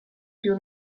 più